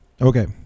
okay